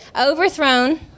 overthrown